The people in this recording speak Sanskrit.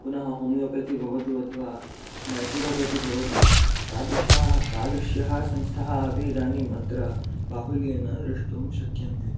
पुनः होमियोपेथी भवतु अथवा नेचुरोपेथि भवतु तादृशाः तादृश्यः संस्थाः अपि इदानीम् अत्र बाहुल्येन द्रष्टुं शक्यन्ते